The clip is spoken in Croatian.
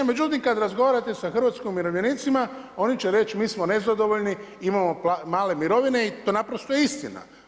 Međutim, kada razgovarate sa hrvatskim umirovljenicima oni će reći mi smo nezadovoljni, imamo male mirovine i to je naprosto istina.